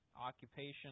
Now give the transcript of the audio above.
occupation